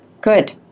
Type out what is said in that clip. good